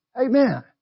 Amen